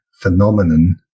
phenomenon